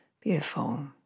beautiful